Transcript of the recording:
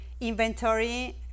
inventory